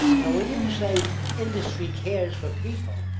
so when you say industry cares for people,